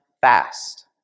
fast